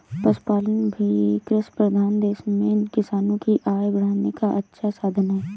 पशुपालन भी कृषिप्रधान देश में किसानों की आय बढ़ाने का अच्छा साधन है